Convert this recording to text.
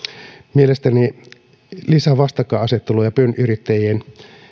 mielestäni lisää vastakkainasetteluja pienyrittäjien